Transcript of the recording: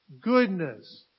goodness